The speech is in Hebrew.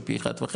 או פי 1.50,